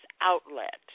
outlet